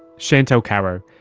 chantelle karo.